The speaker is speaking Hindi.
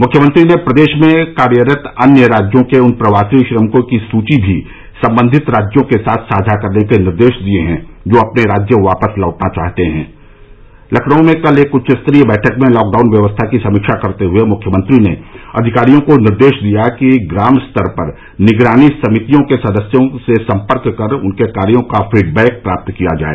मुख्यमंत्री ने प्रदेश में कार्यरत अन्य राज्यों के उन प्रवासी श्रमिकों की सूची भी संबंधित राज्यों के साथ साझा करने के निर्देश दिए हैं जो अपने राज्य वापस लौटना चाहते हैं लखनऊ में कल एक उच्च स्तरीय बैठक में लॉकडाउन व्यवस्था की समीक्षा करते हुए मुख्यमंत्री ने अधिकारियों को निर्देश दिया कि ग्राम स्तर पर निगरानी समितियों के सदस्यों से संपर्क कर उनके कार्यों का फीडबैक प्राप्त किया जाए